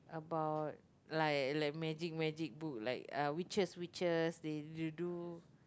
about like like magic magic book like witches witches they they do